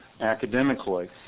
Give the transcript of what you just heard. academically